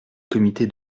comité